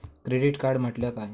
Credit card म्हटल्या काय?